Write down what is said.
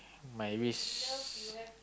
my risk